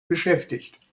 beschäftigt